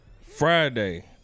Friday